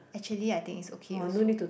actually I think it's okay also